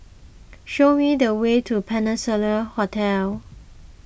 show me the way to Peninsula Hotel